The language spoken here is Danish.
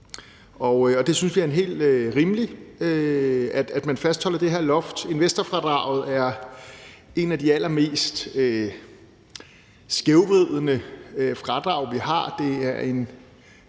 det er helt rimeligt, at man fastholder det her loft. Investorfradraget er et af de allermest skævvridende fradrag, vi har.